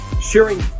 Sharing